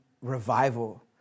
revival